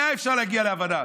היה אפשר להגיע להבנה.